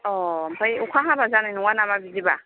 अ ओमफ्राय अखा हाबा जानाय नङा नामा बिदिबा